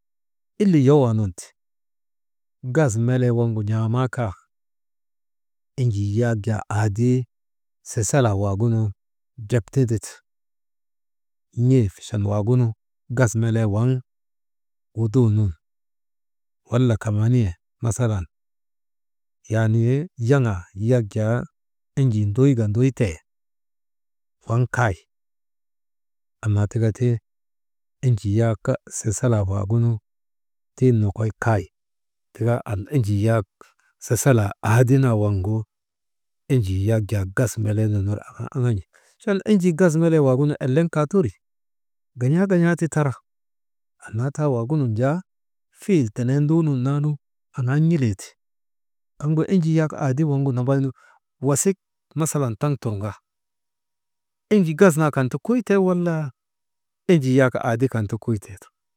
Ille yowoo nun ti gas melee waŋgu n̰aamaa kaa, enjii yak jaa aadii saasalaa waagunu ndrep tindite, n̰ee fachan waagunu, gas melee waŋ wuduu nun wala kamaa niye masalan yaanii, yaŋaa yak jaa enjii nduyka nduytee, waŋ kay annaa tika ti enjii yak sasalaa waagunu tiŋ nokoy kay. Tika am enjii yak sasalaa aadi naa waŋgu enjii yak gas melee nun ner aŋaa oŋon̰i, chan enjii gas melee waagunu eleŋ kaateri, gan̰aa gan̰aa ti tara annaa taa waagunun jaa fiil tenee nduunun naanu n̰ilii ti. Kaŋgu enjii aadi naa waŋgu nambaynu wasik masalan taŋ turŋa, enjii gas naa kan kuytee walaa, enjii yakaadi kan ti kuytetaa.